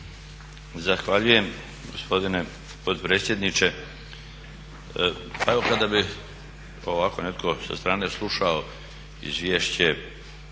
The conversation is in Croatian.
Zahvaljujem gospodine potpredsjedniče. Pa evo kada bi ovako netko sa strane slušao izvješće